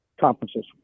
conferences